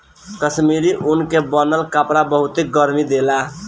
कश्मीरी ऊन के बनल कपड़ा बहुते गरमि देला